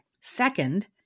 Second